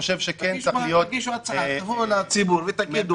תגישו הצבעה, תבואו לציבור ותגידו: